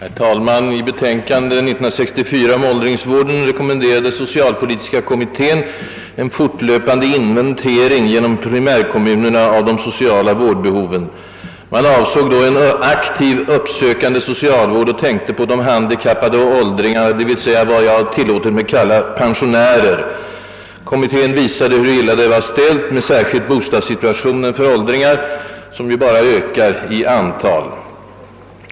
Herr talman! I betänkande 1964 om åldringsvården rekommenderade <socialpolitiska kommittén en fortlöpande inventering genom primärkommunerna av de sociala vårdbehoven. Man avsåg då en aktiv, uppsökande socialvård och tänkte på både de handikappade och åldringarna, d.v.s. dem jag tillåtit mig kalla pensionärer. Kommittén visade hur illa det var ställt med särskilt bostadssituationen för åldringar, som ju bara ökar i antal.